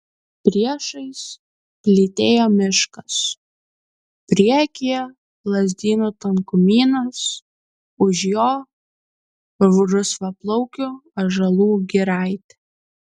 priešais plytėjo miškas priekyje lazdynų tankumynas už jo rusvaplaukių ąžuolų giraitė